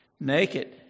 Naked